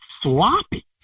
sloppy